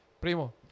primo